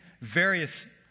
various